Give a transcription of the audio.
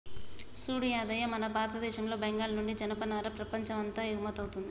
సూడు యాదయ్య మన భారతదేశంలో బెంగాల్ నుండి జనపనార ప్రపంచం అంతాకు ఎగుమతౌతుంది